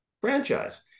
franchise